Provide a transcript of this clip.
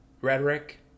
rhetoric